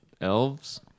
elves